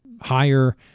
higher